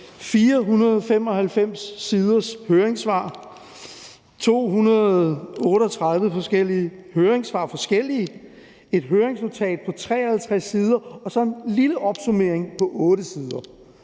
495 siders høringssvar, 238 forskellige høringssvar, et høringsnotat på 53 sider og så en lille opsummering på 8 sider.